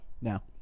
Now